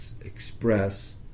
express